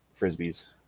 frisbees